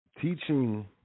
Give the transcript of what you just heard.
Teaching